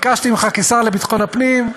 ביקשתי ממך, כשר לביטחון הפנים,